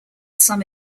some